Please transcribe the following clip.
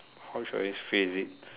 how should I phrase it